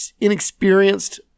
inexperienced